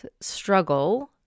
struggle